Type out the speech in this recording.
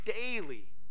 daily